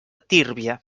tírvia